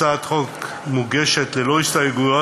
הצעת החוק מוגשת ללא הסתייגויות,